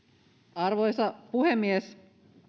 arvoisa puhemies